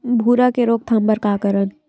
भूरा के रोकथाम बर का करन?